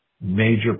major